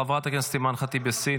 חברת הכנסת אימאן ח'טיב יאסין,